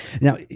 now